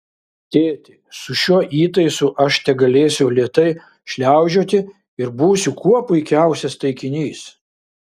tėti su šiuo įtaisu aš tegalėsiu lėtai šliaužioti ir būsiu kuo puikiausias taikinys